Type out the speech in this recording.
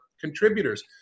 contributors